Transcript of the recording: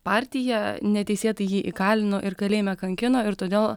partija neteisėtai jį įkalino ir kalėjime kankino ir todėl